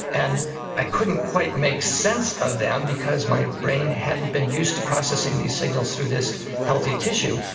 and i couldn't quite make sense of them because my brain hadn't been used to processing these signals through this healthy tissue.